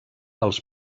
als